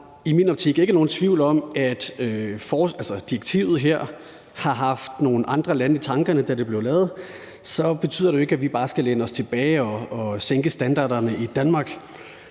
i min optik ikke er nogen tvivl om, at man med direktivet her har haft nogle andre lande i tankerne, da det blev lavet, så betyder det ikke, at vi bare skal læne os tilbage og sænke standarderne i Danmark.